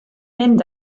mynd